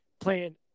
playing